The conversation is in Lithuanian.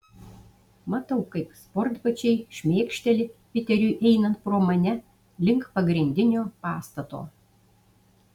matau kaip sportbačiai šmėkšteli piteriui einant pro mane link pagrindinio pastato